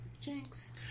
jinx